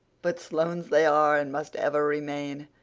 but sloanes they are and must ever remain,